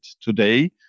today